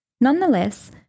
Nonetheless